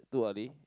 too early